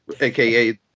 aka